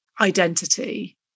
identity